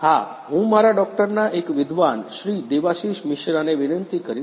હા હું મારા ડોક્ટરના એક વિદ્વાન શ્રી દેવાશિષ મિશ્રાને વિનંતી કરીશ